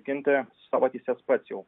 ginti savo teises pats jau